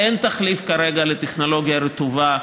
אין תחליף כרגע לטכנולוגיה הרטובה,